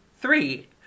three